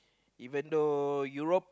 even though Europe